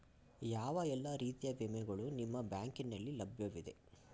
ಯಾವ ಎಲ್ಲ ರೀತಿಯ ವಿಮೆಗಳು ನಿಮ್ಮ ಬ್ಯಾಂಕಿನಲ್ಲಿ ಲಭ್ಯವಿದೆ?